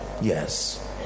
Yes